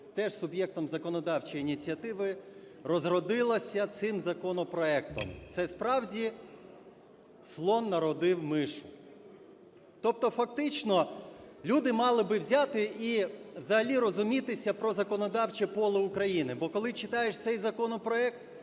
теж суб'єктом законодавчої ініціативи – розродилася цим законопроектом. Це справді "слон народив мишу". Тобто фактично люди мали би взяти і взагалі розумітися про законодавче поле України. Бо, коли читаєш цей законопроект,